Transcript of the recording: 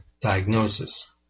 diagnosis